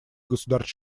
государств